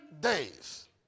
days